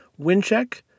Windcheck